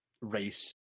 race